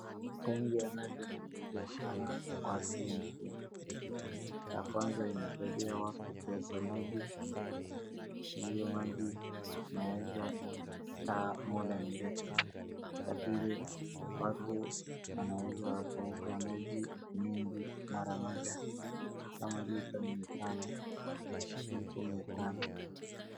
Tenki ya maji inasaidia sana watu wengi, ya kwanza inasaidia kuweka maji, na hiyo maji inaweza kukaa muda mrefu ya pili watu wanaweza kuchota maji mngi kama vile maji lia mia tano, elfu mia tano.